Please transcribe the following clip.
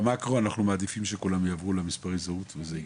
במאקרו אנחנו מעדיפים שכולם יעברו למספרי הזהות ושזה ייגמר.